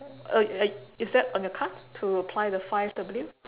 uh uh is that on your card to apply the five W